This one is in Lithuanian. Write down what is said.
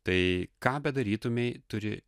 tai ką bedarytumei turi